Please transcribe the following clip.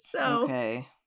Okay